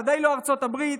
ודאי לא ארצות הברית.